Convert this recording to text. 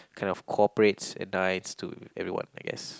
kind of corporates and nice to everyone I guess